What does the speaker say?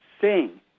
sing